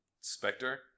Spectre